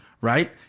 right